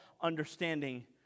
understanding